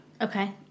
Okay